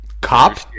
cop